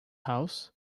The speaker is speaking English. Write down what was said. house